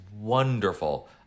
wonderful